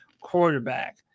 quarterback